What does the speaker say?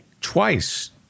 Twice